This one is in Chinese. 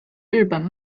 日本